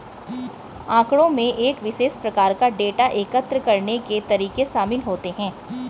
आँकड़ों में एक विशेष प्रकार का डेटा एकत्र करने के तरीके शामिल होते हैं